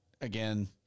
again